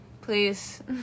Please